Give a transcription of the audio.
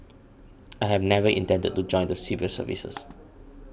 I had never intended to join the civil service